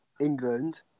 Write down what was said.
England